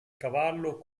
cavallo